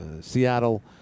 Seattle